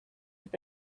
have